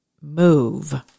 move